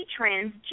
transgender